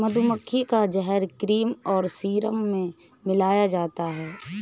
मधुमक्खी का जहर क्रीम और सीरम में मिलाया जाता है